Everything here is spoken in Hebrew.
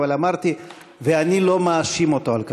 אבל אמרתי: "ואני לא מאשים אותו על כך".